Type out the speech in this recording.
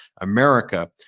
America